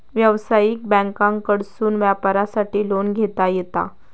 व्यवसायिक बँकांकडसून व्यापारासाठी लोन घेता येता